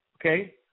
okay